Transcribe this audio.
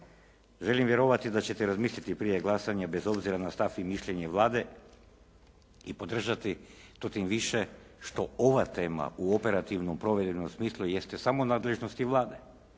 Želim vjerovati da ćete razmisliti prije glasanja bez obzira na stav i mišljenje Vlade i podržati to tim više što ova tema u operativnom provedbenom smislu jeste samo u nadležnosti Vlade,